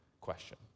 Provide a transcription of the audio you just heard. question